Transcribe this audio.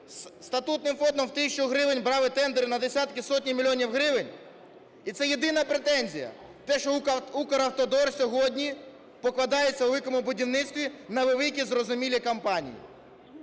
статутним фондом в тисячу гривень брали тендер на десятки, сотні мільйонів гривень? І це єдина претензія - те, що Укравтодор сьогодні покладається у великому будівництві на великі, зрозумілі компанії.